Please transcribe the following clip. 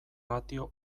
ratio